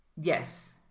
Yes